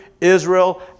Israel